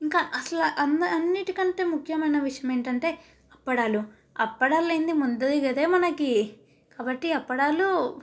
ఇంక అసల అంద అన్నింటికంటే ముఖ్యమైన విషయం ఏంటంటే అప్పడాలు అప్పడాలు లేనిది ముద్ద దిగదు మనకి కాబట్టి అప్పడాలు